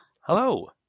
Hello